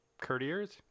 courtiers